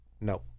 no